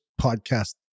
podcast